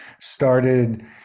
started